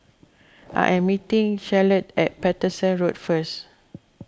I am meeting Charlotte at Paterson Road first